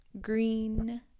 green